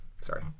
Sorry